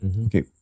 Okay